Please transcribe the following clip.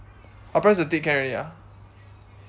orh press the tick can already ah